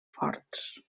forts